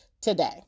today